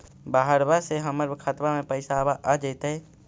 बहरबा से हमर खातबा में पैसाबा आ जैतय?